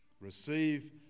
receive